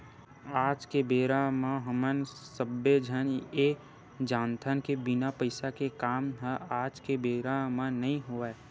आज के बेरा म हमन सब्बे झन ये जानथन के बिना पइसा के काम ह आज के बेरा म नइ होवय